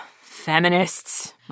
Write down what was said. feminists